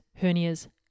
hernias